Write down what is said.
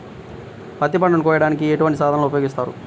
పత్తి పంటను కోయటానికి ఎటువంటి సాధనలు ఉపయోగిస్తారు?